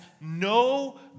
no